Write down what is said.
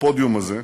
בפודיום הזה.